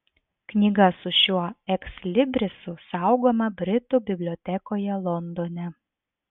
knyga su šiuo ekslibrisu saugoma britų bibliotekoje londone